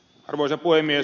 arvoisa puhemies